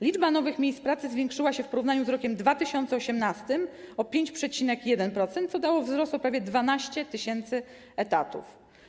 Liczba nowych miejsc pracy zwiększyła się w porównaniu z rokiem 2018 o 5,1%, co dało wzrost o prawie 12 tys. etatów.